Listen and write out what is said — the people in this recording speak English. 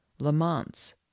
lamonts